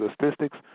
statistics